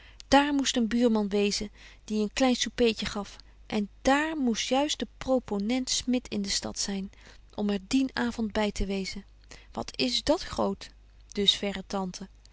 daar moest een buurman wezen die een klein soupeetje gaf en daar moest juist de proponent smit in de stad zyn om er dien avond by te wezen wat is dat groot dus verre tante